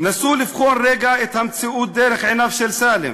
נסו לבחון רגע את המציאות דרך עיניו של סאלם.